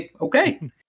Okay